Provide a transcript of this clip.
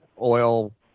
oil